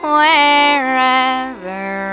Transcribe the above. wherever